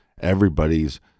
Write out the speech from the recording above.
everybody's